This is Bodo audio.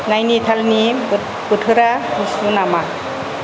नाइनितालनि बोथोरा गुसु नामा